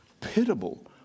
pitiable